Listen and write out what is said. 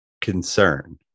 Concern